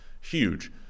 huge